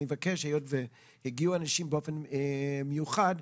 היות והגיעו אנשים באופן מיוחד,